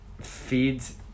feeds